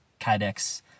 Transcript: kydex